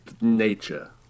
nature